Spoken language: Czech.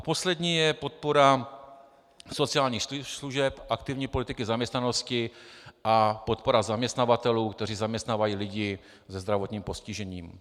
Poslední je podpora sociálních služeb, aktivní politiky zaměstnanosti a podpora zaměstnavatelů, kteří zaměstnávají lidi se zdravotním postižením.